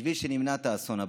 בשביל שנמנע את האסון הבא.